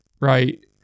right